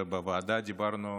ובוועדה דיברנו